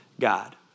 God